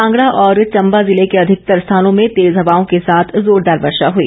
कांगड़ा और चम्बा जिले के अधिकतर स्थानों में तेज हवाओं के साथ जोरदार वर्षा हई